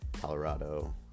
Colorado